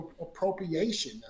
appropriation